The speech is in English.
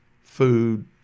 food